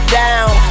down